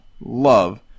love